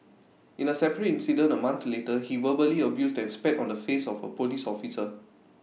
in A separate incident A month later he verbally abused and spat on the face of A Police officer